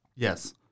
Yes